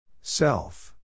Self